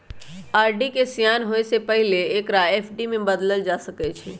RD के सेयान होय से पहिले एकरा एफ.डी में न बदलल जा सकइ छै